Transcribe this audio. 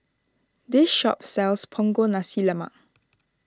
this shop sells Punggol Nasi Lemak